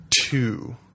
two